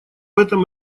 этом